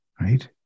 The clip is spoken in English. right